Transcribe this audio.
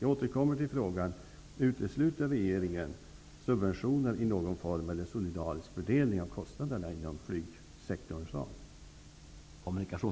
Jag återkommer till frågan: Utesluter regeringen subventioner i någon form eller solidarisk fördelning av kostnaderna inom flygsektorn?